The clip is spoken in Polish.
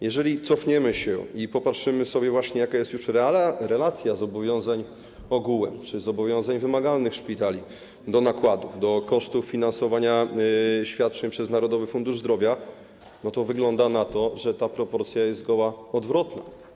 Jeżeli cofniemy się i popatrzymy, jaka jest już relacja zobowiązań ogółem czy zobowiązań wymagalnych szpitali do nakładów, do kosztów finansowania świadczeń przez Narodowy Fundusz Zdrowia, to wygląda na to, że ta proporcja jest zgoła odwrotna.